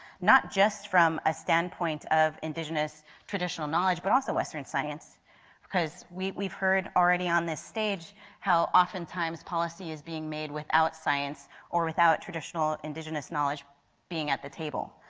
not just from a standpoint of indigenous traditional knowledge but also western science because we have heard already on this stage how often times policy is being made without science or without traditional indigenous knowledge being at the table.